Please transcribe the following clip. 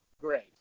great